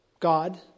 God